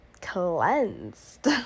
cleansed